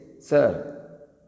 Sir